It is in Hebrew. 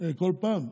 כל פעם?